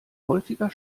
häufiger